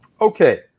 Okay